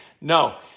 No